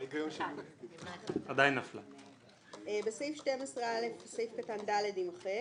הצבעה בעד ההסתייגות 5 נגד, 8 נמנעים,